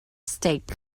stake